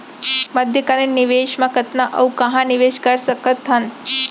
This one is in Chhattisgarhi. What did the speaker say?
मध्यकालीन निवेश म कतना अऊ कहाँ निवेश कर सकत हन?